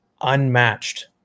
unmatched